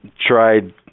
tried